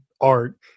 art